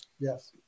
Yes